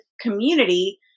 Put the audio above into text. community